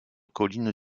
colline